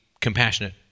compassionate